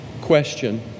question